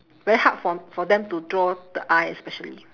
very hard for for them to draw the eye especially